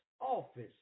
office